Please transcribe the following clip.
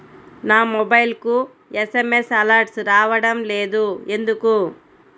నా మొబైల్కు SMS alerts రావడం లేదు ఎందుకు?